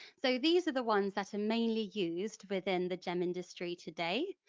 so these are the ones that are mainly used within the gem industry today,